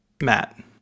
Matt